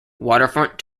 waterfront